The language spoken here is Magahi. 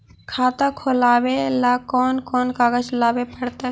खाता खोलाबे ल कोन कोन कागज लाबे पड़तै?